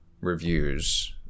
reviews